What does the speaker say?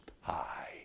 high